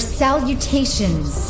salutations